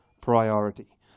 priority